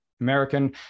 American